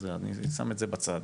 אני שם את זה בצד.